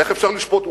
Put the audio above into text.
איך אפשר לשפוט?